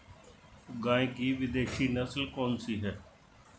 गाय की विदेशी नस्ल कौन सी है?